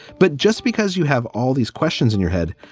but just because you have all these questions in your head,